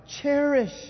Cherish